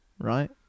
right